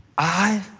i